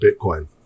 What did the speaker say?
Bitcoin